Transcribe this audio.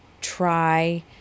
try